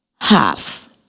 Half